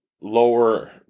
lower